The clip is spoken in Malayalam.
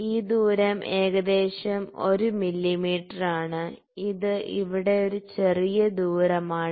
ഈ ദൂരം ഏകദേശം 1 മില്ലീമീറ്ററാണ് ഇത് ഇവിടെ ഒരു ചെറിയ ദൂരമാണ്